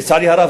לצערי הרב,